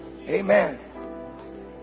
Amen